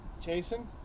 Jason